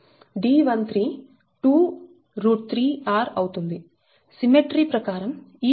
D13 2√3r అవుతుంది symmetry ప్రకారం ఈ కోణం 300 చేయొచ్చు